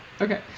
Okay